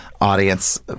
audience